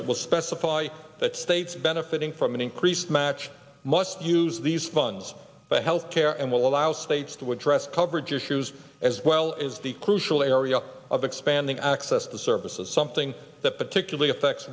will specify that states benefiting from an increased match must use these funds for health care and will allow states to address coverage issues as well as the crucial area of expanding access to services something that particularly affects